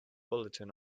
bulletin